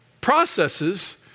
processes